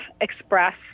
express